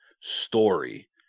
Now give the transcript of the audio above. Story